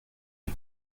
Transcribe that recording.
est